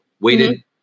waited